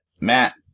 Matt